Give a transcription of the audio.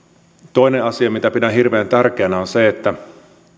toinen asia mitä pidän hirveän tärkeänä on se että